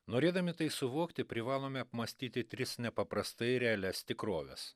norėdami tai suvokti privalome apmąstyti tris nepaprastai realias tikrovės